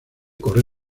corre